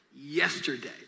yesterday